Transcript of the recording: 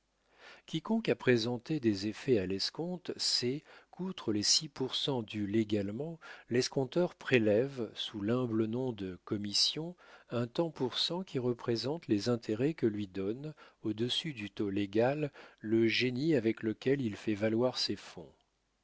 quiconque a présenté des effets à l'escompte sait qu'outre les six pour cent dus légalement l'escompteur prélève sous l'humble nom de commission un tant pour cent qui représente les intérêts que lui donne au-dessus du taux légal le génie avec lequel il fait valoir ses fonds